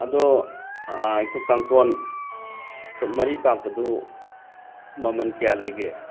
ꯑꯗꯣ ꯑꯩꯈꯣꯏ ꯀꯥꯡꯊꯣꯟ ꯐꯨꯠ ꯃꯔꯤ ꯄꯥꯛꯄꯗꯨ ꯃꯃꯟ ꯀꯌꯥ ꯂꯩꯒꯦ